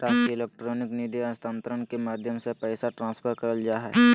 राष्ट्रीय इलेक्ट्रॉनिक निधि अन्तरण के माध्यम से पैसा ट्रांसफर करल जा हय